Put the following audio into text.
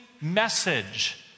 message